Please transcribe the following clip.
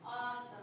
Awesome